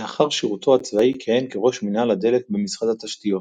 לאחר שירותו הצבאי כיהן כראש מינהל הדלק במשרד התשתיות.